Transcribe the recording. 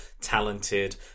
talented